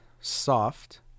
soft